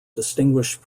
distinguished